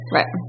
Right